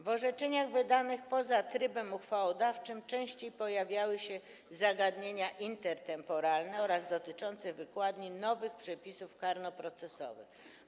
W orzeczeniach wydanych poza trybem uchwałodawczym częściej pojawiały się zagadnienia intertemporalne oraz dotyczące wykładni nowych przepisów karnoprocesowych.